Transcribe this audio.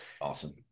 Awesome